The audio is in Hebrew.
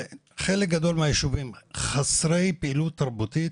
חלק גדול מהישובים הם חסרי פעילות תרבותית,